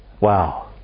Wow